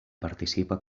participa